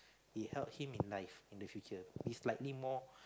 it help him in life in the future he's slightly more